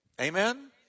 Amen